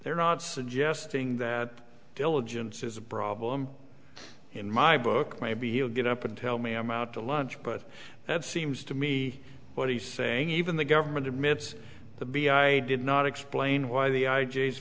they're not suggesting that diligence is a problem in my book maybe he'll get up and tell me i'm out to lunch but that seems to me what he's saying even the government admits the b i did not explain why the i